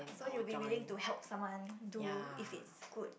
so you'll be willing to help someone do if it could